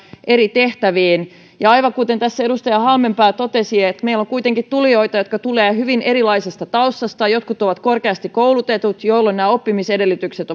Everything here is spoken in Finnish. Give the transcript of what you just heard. eri tehtäviin ja aivan kuten tässä edustaja halmeenpää totesi meillä on kuitenkin tulijoita jotka tulevat hyvin erilaisesta taustasta jotkut ovat korkeasti koulutettuja jolloin oppimisedellytykset